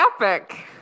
epic